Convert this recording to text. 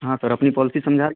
हाँ सर अपनी पॉलिसी समझा